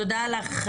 תודה לך,